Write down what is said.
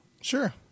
Sure